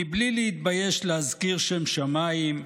בלי להתבייש להזכיר שם שמיים,